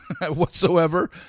whatsoever